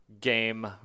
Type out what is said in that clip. game